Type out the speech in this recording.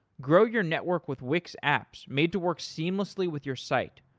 grow your network with wix apps made to work seamlessly with your site.